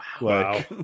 wow